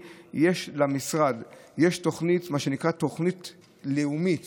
למשרד יש מה שמקרא תוכנית לאומית